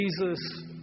Jesus